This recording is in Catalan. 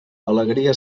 alegria